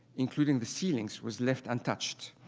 including the ceilings was left untouched.